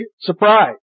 surprise